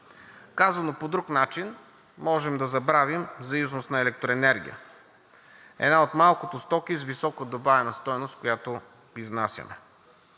Казано по друг начин, можем да забравим за износ на електроенергия, една от малкото стоки с висока добавена стойност, която изнасяме.